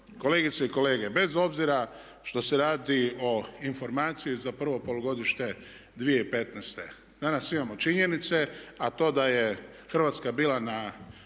kolegice i kolege, bez obzira što se radi o informaciji za prvo polugodišnje 2015., danas imamo činjenice a to da je Hrvatska bila na